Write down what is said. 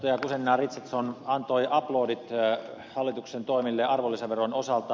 guzenina richardson antoi aplodit hallituksen toimille arvonlisäveron osalta